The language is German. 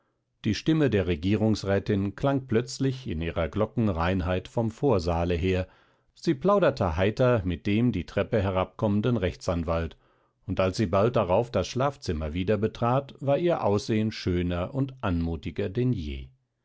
die stimme der regierungsrätin klang plötzlich in ihrer glockenreinheit vom vorsaale her sie plauderte heiter mit dem die treppe herabkommenden rechtsanwalt und als sie bald darauf das schlafzimmer wieder betrat war ihr aussehen schöner und anmutiger denn je